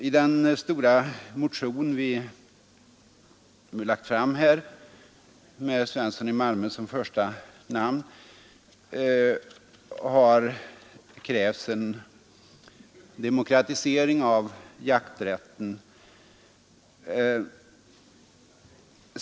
I den stora motion som vi lagt fram med herr Svensson i Malmö som första namn har vi krävt en demokratisering av jakträtten.